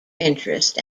interest